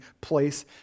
place